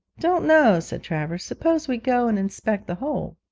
don't know said travers suppose we go and inspect the hole